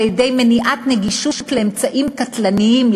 על-ידי מניעת נגישות של אמצעים קטלניים,